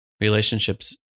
relationships